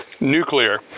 Nuclear